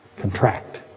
Contract